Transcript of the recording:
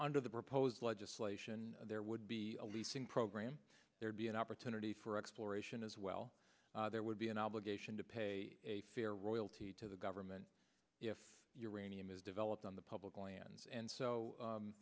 under the proposed legislation there would be a leasing program there'd be an opportunity for exploration as well there would be an obligation to pay a fair royalty to the government if you are a name is developed on the public lands and so